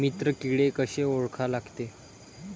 मित्र किडे कशे ओळखा लागते?